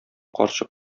карчык